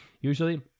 usually